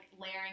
layering